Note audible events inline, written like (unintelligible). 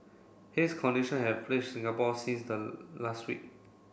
haze condition have (unintelligible) Singapore since the last week